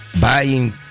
buying